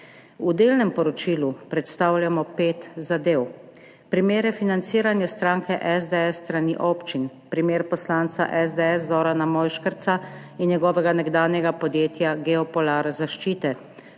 V delnem poročilu predstavljamo pet zadev. Primere financiranja stranke SDS s strani občin, primer poslanca SDS Zorana Mojškerca in njegovega nekdanjega podjetja Geopolar Zaščite,